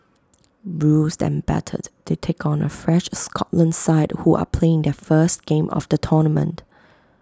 bruised and battered they take on A fresh Scotland side who are playing their first game of the tournament